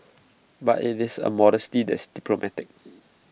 but IT is A modesty that is diplomatic